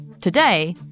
Today